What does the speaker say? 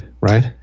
right